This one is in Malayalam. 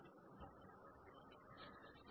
E